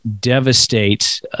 devastate